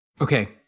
okay